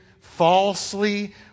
falsely